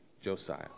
Josiah